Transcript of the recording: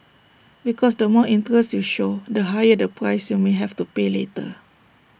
because the more interest you show the higher the price you may have to pay later